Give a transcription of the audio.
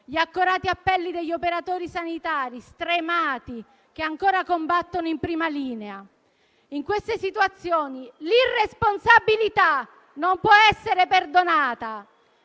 gli accorati appelli degli operatori sanitari, stremati, che ancora combattono in prima linea. In queste situazioni, l'irresponsabilità non può essere perdonata.